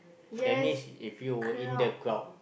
that means if you were in the crowd